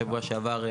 בשבוע שעבר,